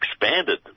expanded